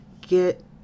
get